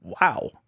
wow